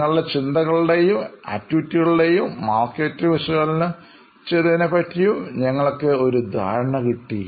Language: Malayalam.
നിങ്ങളുടെ ചിന്തകളുടേയും പ്രവർത്തനങ്ങളുടേയും മാർക്കറ്റിനെ വിശകലനംചെയ്ത് പറ്റി ഞങ്ങൾക്ക് ഒരു ധാരണ കിട്ടി